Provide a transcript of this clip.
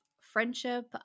friendship